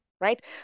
right